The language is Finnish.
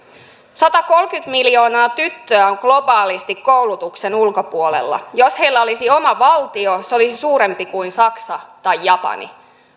satakolmekymmentä miljoonaa tyttöä on globaalisti koulutuksen ulkopuolella jos heillä olisi oma valtio se olisi suurempi kuin saksa tai japani